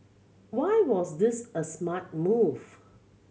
why was this a smart move